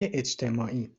اجتماعی